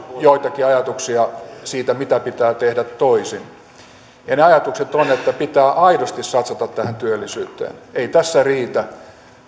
joitakin ajatuksia siitä mitä pitää tehdä toisin ne ajatukset ovat että pitää aidosti satsata tähän työllisyyteen ei tässä riitä